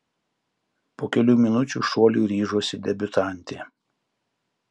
po kelių minučių šuoliui ryžosi debiutantė